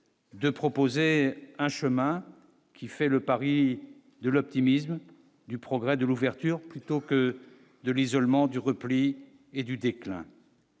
de proposer un chemin qui fait le pari de l'optimisme du progrès de l'ouverture, plutôt que de l'isolement, du repli et du déclin.